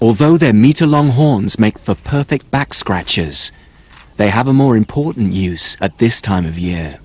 although their meta longhorns make the perfect back scratches they have a more important use at this time of year